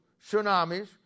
tsunamis